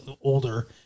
older